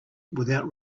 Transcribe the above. without